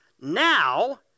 Now